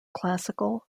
classical